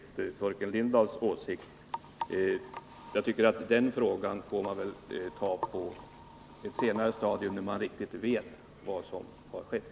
Jag tycker att den frågan får behandlas på ett senare stadium, då man verkligen vet vad som har skett.